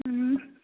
ꯎꯝ